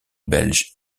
belges